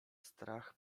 strach